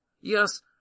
Yes